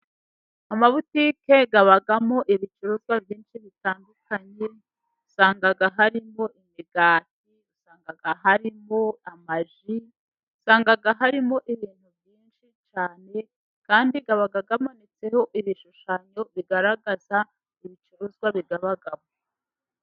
Amabutiki abamo ibicuruzwa byinshi bitandukanye. Usanga harimo imigati, usanga harimo amaji, usanga harimo ibintu byinshi cyane. Kandi aba amanitseho ibishushanyo bigaragaza ibicuruzwa bigaragara.